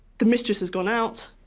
the mistress has gone out,